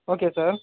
okay sir